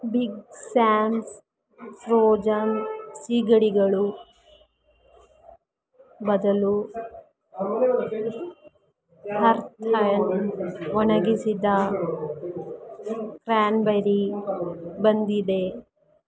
big Sam's frozen ಸಿಗಡಿಗಳ ಬದಲು ಅರ್ಥೈನ್ ಒಣಗಿಸಿದ ಕ್ರ್ಯಾನ್ಬೆರಿ ಬಂದಿದೆ